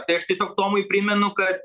tai aš tiesiog tomui primenu kad